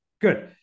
Good